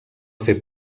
fer